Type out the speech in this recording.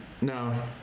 no